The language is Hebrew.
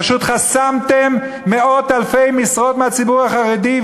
פשוט חסמתם מאות אלפי משרות מהציבור החרדי,